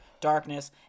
darkness